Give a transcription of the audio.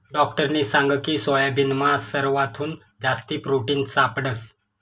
डाक्टरनी सांगकी सोयाबीनमा सरवाथून जास्ती प्रोटिन सापडंस